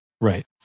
right